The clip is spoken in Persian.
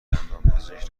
دندانپزشک